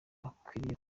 bakwiriye